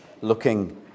looking